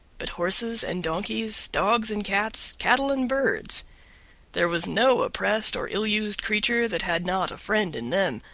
but horses and donkeys, dogs and cats, cattle and birds there was no oppressed or ill-used creature that had not a friend in them,